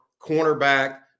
cornerback